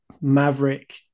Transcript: maverick